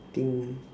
think